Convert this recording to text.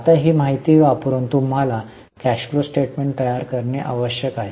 आता ही माहिती वापरुन तुम्हाला कॅश फ्लो स्टेटमेंट तयार करणे आवश्यक आहे